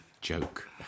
joke